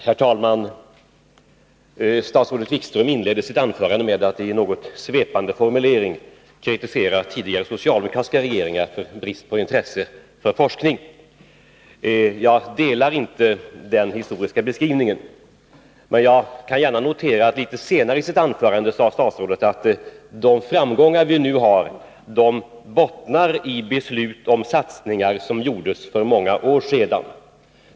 Herr talman! Statsrådet Wikström inledde sitt anförande med att i en något svepande formulering kritisera tidigare socialdemokratiska regeringar för brist på intresse för forskning. Jag kan inte instämma i den historiska beskrivningen. Jag kunde emellertid notera att statsrådet litet senare i sitt anförande sade att de framgångar vi nu har bottnar i beslut om satsningar som fattades för många år sedan.